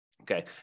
Okay